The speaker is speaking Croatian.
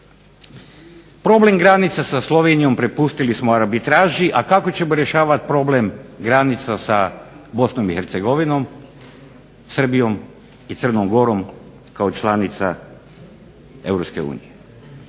Problem granica sa Slovenijom prepustili smo arbitraži, a kako ćemo rješavati problem granica sa Bosnom i Hercegovinom, Srbijom i Crnom gorom kao članica